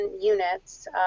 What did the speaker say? units